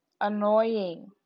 annoying